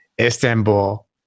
Istanbul